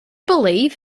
believe